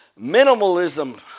minimalism